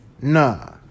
Nah